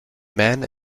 man